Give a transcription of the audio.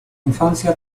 infancia